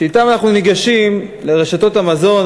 שאתם אנחנו ניגשים לרשתות המזון,